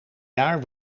jaar